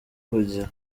kugira